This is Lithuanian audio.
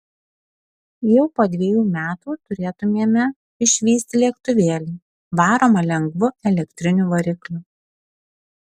jau po dviejų metų turėtumėme išvysti lėktuvėlį varomą lengvu elektriniu varikliu